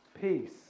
peace